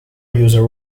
user